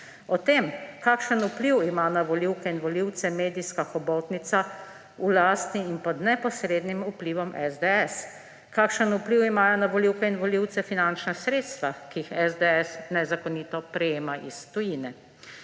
O tem, kakšen vpliv ima na volivke in volivce medijska hobotnica v lasti in pod neposrednim vplivom SDS, kakšen vpliv imajo na volivke in volivce finančna sredstva, ki jih SDS nezakonito prejema iz tujine.